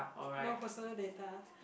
no personal data